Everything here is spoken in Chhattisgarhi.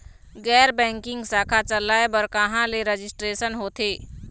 गैर बैंकिंग शाखा चलाए बर कहां ले रजिस्ट्रेशन होथे?